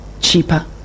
cheaper